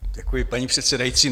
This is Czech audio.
Děkuji, paní předsedající.